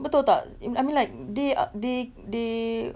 betul tak I mean like they uh they they they